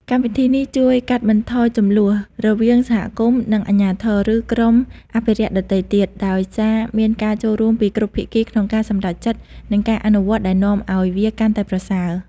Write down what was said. កម្មវិធីនេះជួយកាត់បន្ថយជម្លោះ រវាងសហគមន៍ និងអាជ្ញាធរ ឬក្រុមអភិរក្សដទៃទៀត ដោយសារមានការចូលរួមពីគ្រប់ភាគីក្នុងការសម្រេចចិត្ត និងការអនុវត្ត ដែលនាំឱ្យវាកាន់តែប្រសើរ។